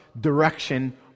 direction